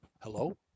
Hello